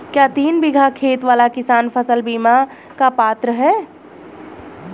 क्या तीन बीघा खेत वाला किसान फसल बीमा का पात्र हैं?